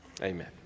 Amen